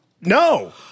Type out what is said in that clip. No